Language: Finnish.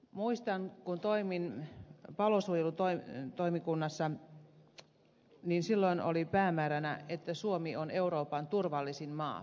muistan että kun toimin palosuojelutoimikunnassa niin silloin oli päämääränä että suomi on euroopan turvallisin maa